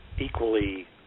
equally